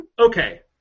Okay